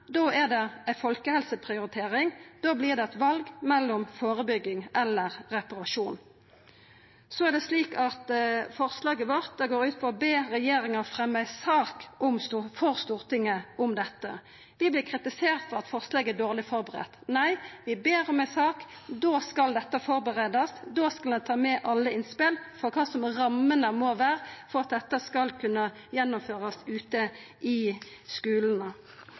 da vert det eit val mellom førebygging eller reparasjon. Forslaget vårt går ut på å be regjeringa fremja sak for Stortinget om dette. Vi vert kritiserte for at forslaget er dårleg førebudd. Nei, vi ber om ei sak. Da skal dette førebus, og da skal ein ta med alle innspel for kva rammene må vera for at dette skal kunna gjennomførast ute i